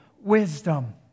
wisdom